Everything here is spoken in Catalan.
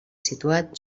situat